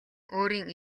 өөрийн